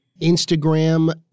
Instagram